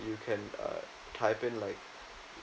you can uh type in like